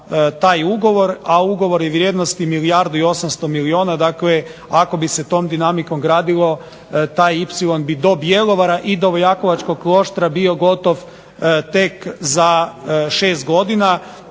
taj ugovor, a ugovor je vrijednosti milijardu i 800 milijuna, dakle ako bi se tom dinamikom gradilo taj Ipsilon bi do bjelovara i do Đakovačkog kloštra bio gotov tek za 6 godina,